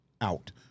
out